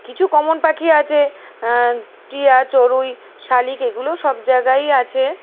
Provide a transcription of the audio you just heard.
কিছু কমন পাখি আছে টিয়া চড়ুই শালিক এগুলো সব জায়গায় আছে